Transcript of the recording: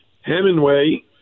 Hemingway